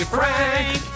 Frank